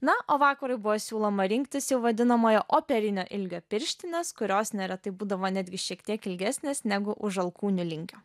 na o vakarui buvo siūloma rinktis jau vadinamojo operinio ilgio pirštines kurios neretai būdavo netgi šiek tiek ilgesnės negu už alkūnių linkio